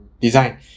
design